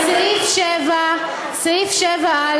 בסעיף 7, סעיף 7(א)